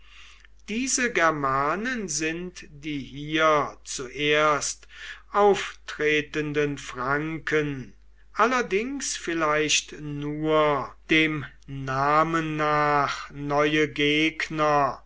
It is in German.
diese germanen sind die hier zuerst auftretenden franken allerdings vielleicht nur dem namen nach neue gegner